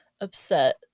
upset